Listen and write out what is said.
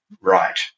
right